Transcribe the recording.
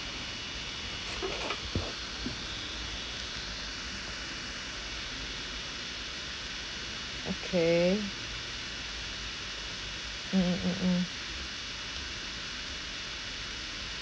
okay mm mm mm mm